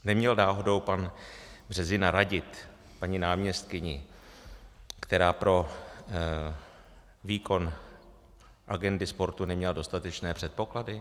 Neměl náhodou pan Březina radit paní náměstkyni, která pro výkon agendy sportu neměla dostatečné předpoklady?